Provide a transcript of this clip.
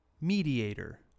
mediator